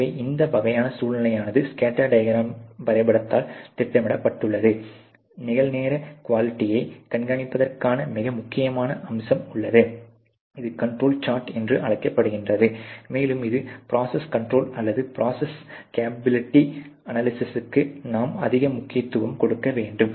எனவே இந்த வகையான சூழ்நிலையானது ஸ்கேட்டர் வரைபடத்தால் திட்டமிடப்பட்டுள்ளது நிகழ்நேர குவாலிட்டியை கண்காணிப்பதற்கான மிக முக்கியமான அம்சம் உள்ளது இது கண்ட்ரோல் சார்ட் என்று அழைக்கப்படுகிறது மேலும் இது ப்ரோசஸ் கண்ட்ரோல் அல்லது ப்ரோசஸ் கேப்பபிளிட்டி அனாலிசிஸ்க்கு நாம் அதிக முக்கியத்துவம் கொடுக்க வேண்டும்